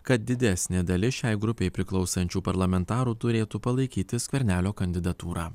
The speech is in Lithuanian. kad didesnė dalis šiai grupei priklausančių parlamentarų turėtų palaikyti skvernelio kandidatūrą